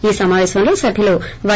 ఈ సమాపేశంలో సభ్యులు పై